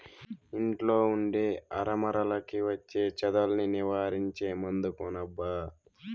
ఇంట్లో ఉండే అరమరలకి వచ్చే చెదల్ని నివారించే మందు కొనబ్బా